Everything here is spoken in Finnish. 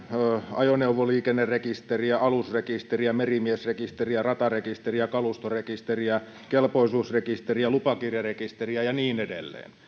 ajoneuvoliikennerekisteriä alusrekisteriä merimiesrekisteriä ratarekisteriä kalustorekisteriä kelpoisuusrekisteriä lupakirjarekisteriä ja niin edelleen